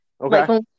Okay